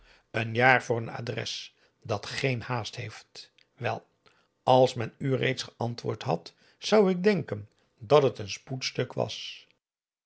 een jaar voor een adres dat geen haast heeft wel als men u reeds geantwoord had zou ik denken dat het een spoedstuk was